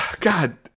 God